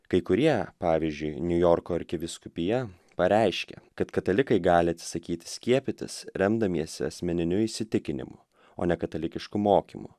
kai kurie pavyzdžiui niujorko arkivyskupija pareiškė kad katalikai gali atsisakyti skiepytis remdamiesi asmeniniu įsitikinimu o ne katalikišku mokymu